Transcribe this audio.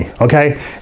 Okay